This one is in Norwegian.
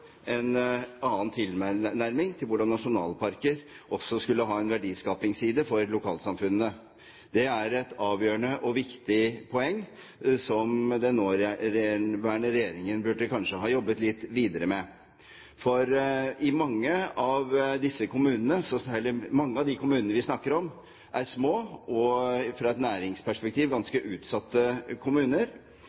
en annen tilnærming til hvordan nasjonalparker også skulle ha en verdiskapingsside for lokalsamfunnene. Det er et avgjørende og viktig poeng som den nåværende regjeringen kanskje burde ha jobbet litt videre med. Mange av de kommunene vi snakker om, er små og fra et næringsperspektiv ganske utsatte kommuner,